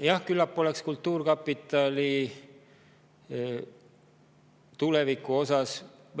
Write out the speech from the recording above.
Jah, küllap oleks kultuurkapitali tuleviku kohta